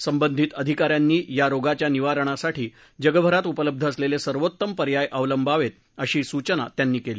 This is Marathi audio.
संबंधित अधिकाऱ्यांनी या रोगाच्या निवारणासाठी जगभरात उपलब्ध असलेले सर्वोत्तम उपाय अवलंबावेत अशी सूचना त्यांनी केली